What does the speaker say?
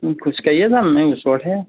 ও খোজকাঢ়িয়ে যাম এই ওচৰতহে